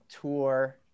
tour